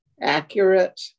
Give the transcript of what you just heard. accurate